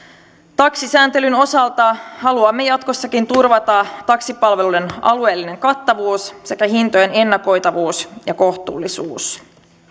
taksisääntelyn osalta haluamme jatkossakin turvata taksipalveluiden alueellisen kattavuuden sekä hintojen ennakoitavuuden ja kohtuullisuuden